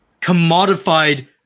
commodified